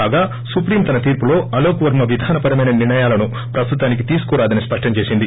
కాగా సుప్రీం తన తీర్పులో అలోక్ వర్మ విధానపరమైన నిర్ణయాలను ప్రస్తుతానికి తీసుకోరాదని స్పష్టంచేసింది